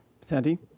Sandy